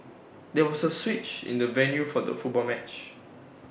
there was A switch in the venue for the football match